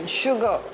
sugar